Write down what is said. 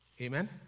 Amen